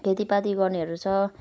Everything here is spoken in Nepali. खेती पाती गर्नेहरू छ